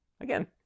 Again